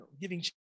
giving